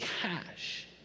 cash